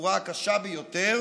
בצורה הקשה ביותר